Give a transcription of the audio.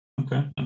Okay